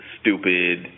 stupid